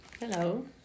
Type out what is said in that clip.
Hello